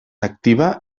activa